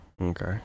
Okay